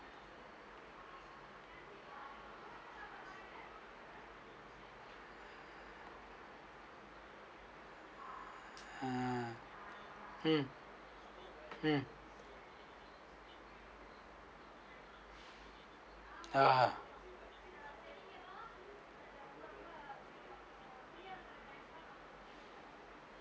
uh um um ya